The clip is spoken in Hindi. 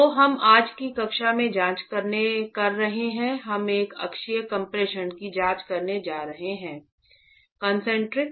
तो हम आज की कक्षा में जांच कर रहे हैं हम एक अक्षीय कम्प्रेशन की जांच करने जा रहे हैं कॉन्सन्ट्रिक